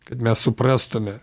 kad mes suprastume